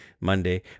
Monday